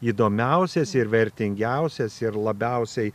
įdomiausias ir vertingiausias ir labiausiai